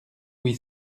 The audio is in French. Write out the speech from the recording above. huit